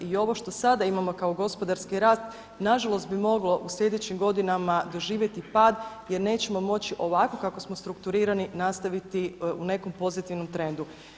I ovo što sada imamo kao gospodarski rast, nažalost bi moglo u sljedećim godinama doživjeti pad jer nećemo moći ovako kako smo strukturirani nastaviti u nekom pozitivnom trendu.